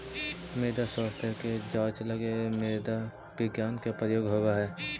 मृदा स्वास्थ्य के जांच लगी मृदा विज्ञान के प्रयोग होवऽ हइ